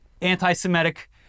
anti-Semitic